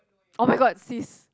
[oh]-my-god sis